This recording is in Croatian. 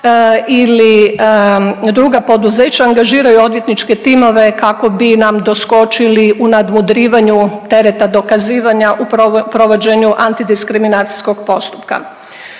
ili druga poduzeća angažiraju odvjetničke timove kako bi nam doskočili u nadmudrivanju tereta dokazivanja u provođenju anti diskriminacijskog postupka.